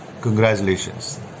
congratulations